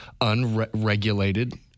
unregulated